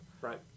Right